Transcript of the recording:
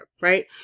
right